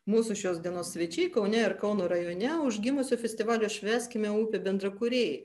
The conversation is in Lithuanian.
mūsų šios dienos svečiai kaune ir kauno rajone užgimusio festivalio švęskime upių bendrakūrėjai